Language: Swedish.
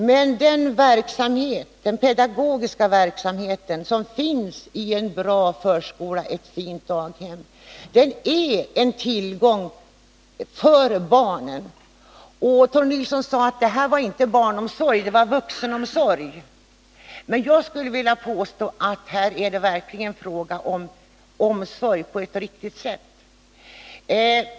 Men den pedagogiska verksamhet som finns i en bra förskola och ett fint daghem är en tillgång för barnen. Tore Nilsson sade att det inte är barnomsorg utan vuxenomsorg. Jag påstår att det verkligen är fråga om omsorg på ett riktigt sätt.